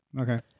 Okay